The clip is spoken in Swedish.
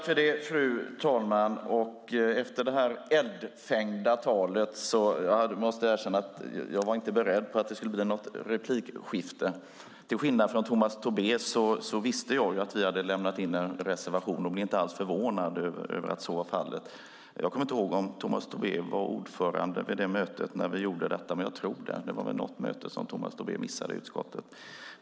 Fru talman! Efter det här eldfängda talet måste jag erkänna att jag inte var beredd på att det skulle bli ett replikskifte. Till skillnad från Tomas Tobé visste jag att vi hade lämnat in en reservation och blev inte alls förvånad över att så var fallet. Jag kommer inte ihåg om Tomas Tobé var ordförande vid det möte när vi gjorde detta, men jag tror det. Det var väl något möte i utskottet som Tomas Tobé missade.